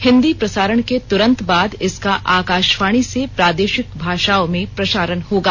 हिन्दी प्रसारण के तुरंत बाद इसका आकाशवाणी से प्रादेशिक भाषाओं में प्रसारण होगा